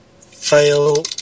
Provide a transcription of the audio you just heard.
Fail